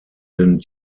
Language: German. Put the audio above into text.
sind